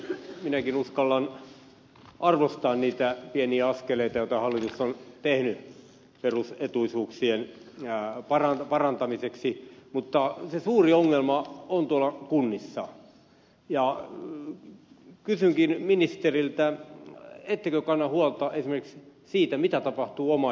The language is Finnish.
minäkin uskallan arvostaa niitä pieniä askeleita joita hallitus on tehnyt perusetuisuuksien parantamiseksi mutta se suuri ongelma on tuolla kunnissa ja kysynkin ministeriltä ettekö kanna huolta esimerkiksi siitä mitä tapahtuu omaishoidolle